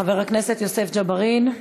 חבר הכנסת יוסף ג'בארין,